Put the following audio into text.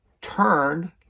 turned